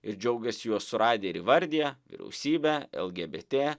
ir džiaugiasi juos suradę ir įvardija vyriausybę lgbt